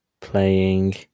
playing